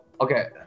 okay